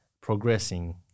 progressing